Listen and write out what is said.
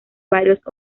varios